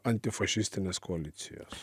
antifašistinės koalicijos